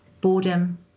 boredom